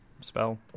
spell